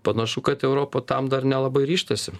panašu kad europa tam dar nelabai ryžtasi